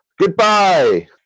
Goodbye